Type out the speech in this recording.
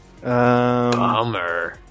Bummer